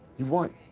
you white?